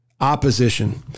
opposition